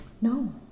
No